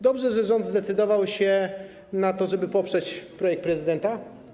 Dobrze, że rząd zdecydował się na to, żeby poprzeć projekt prezydenta.